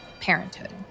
Parenthood